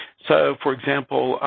so for example,